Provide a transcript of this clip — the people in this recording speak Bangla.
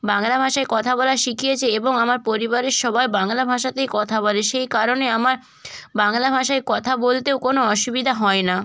বাংলা ভাষায় কথা বলা শিখিয়েছে এবং আমার পরিবারের সবাই বাংলা ভাষাতেই কথা বলে সেই কারণে আমার বাংলা ভাষায় কথা বলতেও কোনো অসুবিধা হয় না